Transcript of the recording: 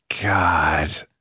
God